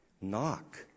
Knock